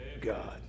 God